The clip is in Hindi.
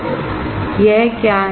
R ρLA यह क्या है